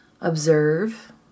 observe